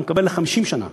אתה מקבל ל-50 שנה.